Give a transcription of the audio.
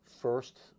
first